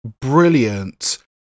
brilliant